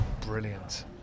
Brilliant